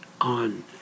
on